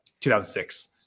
2006